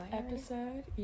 episode